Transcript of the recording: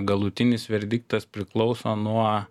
galutinis verdiktas priklauso nuo